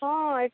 ହଁ